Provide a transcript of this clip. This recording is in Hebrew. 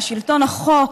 לשלטון החוק,